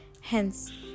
hence